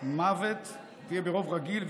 מוות תהיה ברוב רגיל,